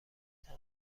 طعم